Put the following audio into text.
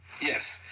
yes